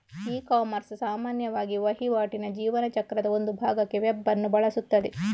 ecommerce ಸಾಮಾನ್ಯವಾಗಿ ವಹಿವಾಟಿನ ಜೀವನ ಚಕ್ರದ ಒಂದು ಭಾಗಕ್ಕೆ ವೆಬ್ ಅನ್ನು ಬಳಸುತ್ತದೆ